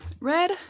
Red